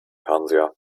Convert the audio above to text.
fernseher